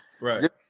Right